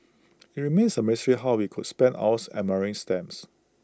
IT remains A mystery how we could spend hours admiring stamps